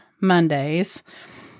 Mondays